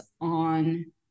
on